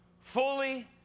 Fully